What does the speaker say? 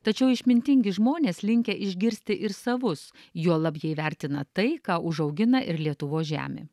tačiau išmintingi žmonės linkę išgirsti ir savus juolab jie įvertina tai ką užaugina ir lietuvos žemė